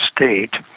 state